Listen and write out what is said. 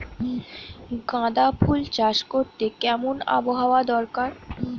গাঁদাফুল চাষ করতে কেমন আবহাওয়া দরকার?